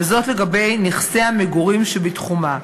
וזאת לגבי נכסי המגורים שבתחומה.